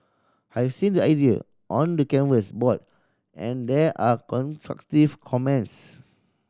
I've seen the idea on the canvas board and there are constructive comments